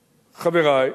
חברי,